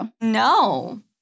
No